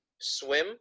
swim